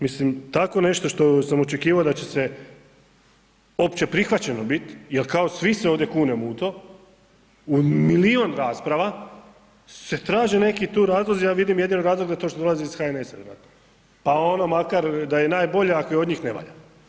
Mislim tako nešto što sam očekivo da će se opće prihvaćeno bit jel kao svi se ovdje kunemo u to, u milijun rasprava se traže neki tu razlozi, ja vidim jedino razlog da je to što dolazi iz HNS-a vjerojatno, pa ono makar da je i najbolja ako je od njih ne valja.